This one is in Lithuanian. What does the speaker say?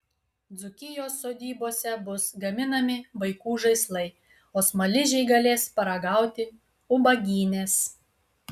dzūkijos sodybose bus gaminami vaikų žaislai o smaližiai galės paragauti ubagynės